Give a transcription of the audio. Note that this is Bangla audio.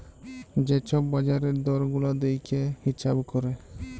যে ছব বাজারের দর গুলা দ্যাইখে হিঁছাব ক্যরে